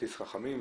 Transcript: כרטיסים חכמים.